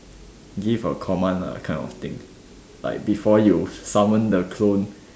give a command lah kind of thing like before you summon the clone